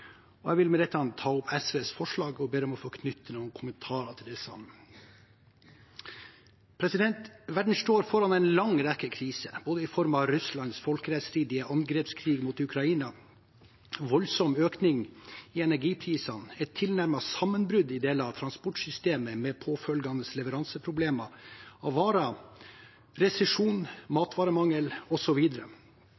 Jeg vil med dette ta opp SVs forslag og ber om å få knytte noen kommentarer til disse. Verden står foran en lang rekke kriser, både i form av Russlands folkerettsstridige angrepskrig mot Ukraina, voldsom økning i energiprisene, et tilnærmet sammenbrudd i deler av transportsystemet med påfølgende leveranseproblemer av varer, resesjon,